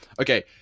Okay